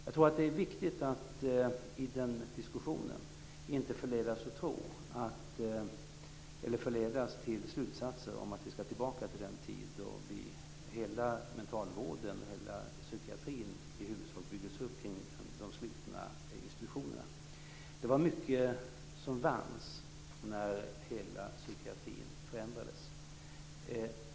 Jag tror att det är viktigt i den diskussionen att inte förledas till slutsatser om att vi skall tillbaka till den tid då hela mentalvården, hela psykiatrin, i huvudsak byggdes upp kring de slutna institutionerna. Det var mycket som vanns när hela psykiatrin förändrades.